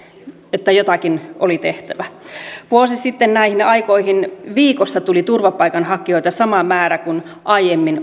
että jotakin oli tehtävä vuosi sitten näihin aikoihin viikossa tuli turvapaikanhakijoita sama määrä kuin aiemmin